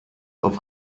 auf